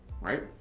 right